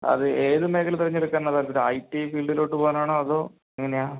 അത് ഏത് മേഖല തിരഞ്ഞെടുക്കാൻ ആണ് താല്പര്യം അത് വല്ല ഐടി ഫീൾഡിലോട്ട് പോകാൻ ആണോ അതോ എങ്ങനെയാണ്